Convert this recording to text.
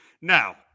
Now